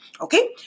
okay